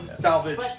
Salvage